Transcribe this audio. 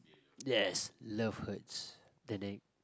yes love hurts